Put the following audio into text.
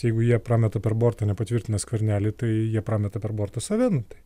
jeigu jie prameta per bortą nepatvirtina skvernelį tai jie prameta per bortą save nu tai